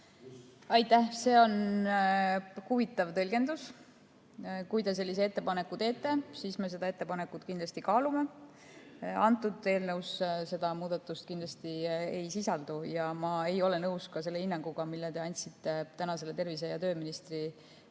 Aitäh! See on huvitav tõlgendus. Kui te sellise ettepaneku teete, siis me seda kindlasti kaalume. Antud eelnõus seda muudatust kindlasti ei sisaldu. Ma ei ole nõus ka selle hinnanguga, mille te andsite tervise‑ ja tööministri